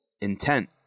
intent